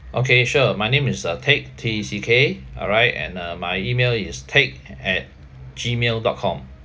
okay sure my name is uh teck T E C K alright and uh my email is teck at gmail dot com